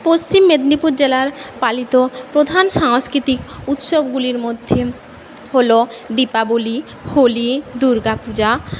পশ্চিম মেদিনীপুর জেলার পালিত প্রধান সাংস্কৃতিক উৎসবগুলির মধ্যে হল দীপাবলি হোলি দুর্গা পূজা